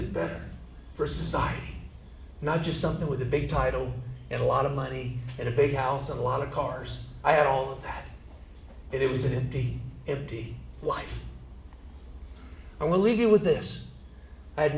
it better for society not just something with a big title and a lot of money and a big house and a lot of cars i had all of it it was indeed empty life i will leave you with this i had